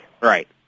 Right